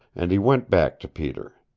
and he went back to peter.